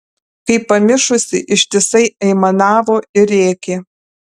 kaip pamišusi ištisai aimanavo ir rėkė